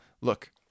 Look